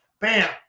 bam